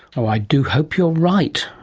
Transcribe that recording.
i do hope you're right.